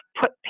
put